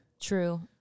true